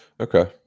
Okay